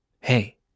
Hey